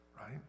right